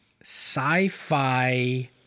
sci-fi